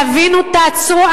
תבינו, תעצרו.